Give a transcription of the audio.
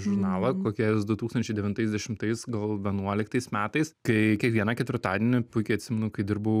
žurnalą kokiais du tūkstančiai devintais dešimtais gal vienuoliktais metais kai kiekvieną ketvirtadienį puikiai atsimenu kai dirbau